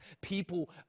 people